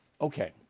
Okay